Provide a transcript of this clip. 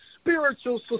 spiritual